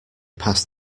passed